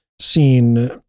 seen